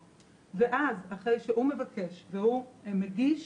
אחרי שזה מבקש והוא מגיש